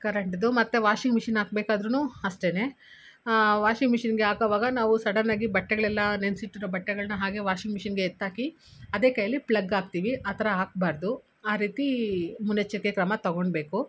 ಕರೆಂಟ್ದು ಮತ್ತೆ washing machine ಹಾಕಬೇಕಾದ್ರೂ ಅಷ್ಟೇನೆ ವಾಷಿಂಗ್ ಮೆಷೀನ್ಗೆ ಹಾಕೋವಾಗ ನಾವು ಸಡನ್ ಆಗಿ ಬಟ್ಟೆಗಳೆಲ್ಲ ನೆನೆಸಿ ಇಟ್ಟಿರೋ ಬಟ್ಟೆಗಳನ್ನು ಹಾಗೇ ವಾಷಿಂಗ್ ಮೆಷೀನ್ಗೆ ಎತ್ತಿ ಹಾಕಿ ಅದೇ ಕೈಯ್ಯಲ್ಲಿ ಪ್ಲಗ್ ಹಾಕ್ತೀವಿ ಆ ಥರ ಹಾಕಬಾರ್ದು ಆ ರೀತಿ ಮುನ್ನೆಚ್ಚರಿಕೆ ಕ್ರಮ ತಗೊಳ್ಬೇಕು